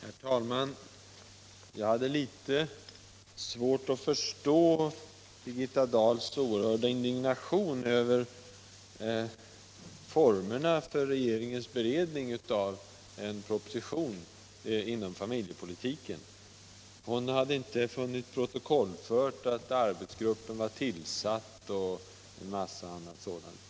Herr talman! Jag hade litet svårt att förstå Birgitta Dahls oerhörda indignation över formerna för regeringens beredning av en proposition angående familjepolitiken. Hon hade inte funnit protokollfört att arbetsgruppen var tillsatt och en massa annat sådant.